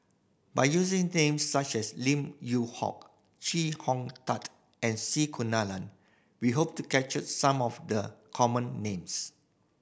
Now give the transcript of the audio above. by using names such as Lim Yew Hock Chee Hong Tat and C Kunalan we hope to capture some of the common names